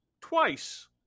twice